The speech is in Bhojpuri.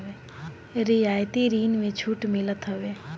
रियायती ऋण में छूट मिलत हवे